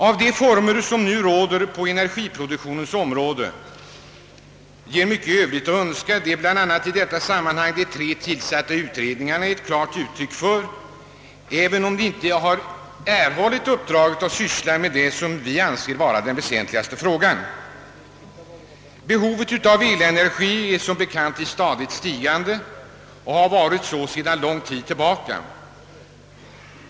Att de former som nu råder på energiproduktionens område ger mycket övrigt att önska är bl.a. de tre tillsatta utredningarna ett uttryck för, även om de inte erhållit uppdraget att syssla med den enligt vårt förmenande väsentligaste frågan. Behovet av elenergi är som bekant i stadigt stigande och har varit så sedan lång tid tillbaka.